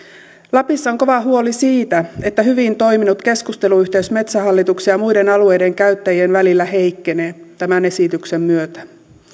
lapissa on kova huoli siitä että hyvin toiminut keskusteluyhteys metsähallituksen ja muiden alueiden käyttäjien välillä heikkenee tämän esityksen myötä